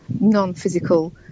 non-physical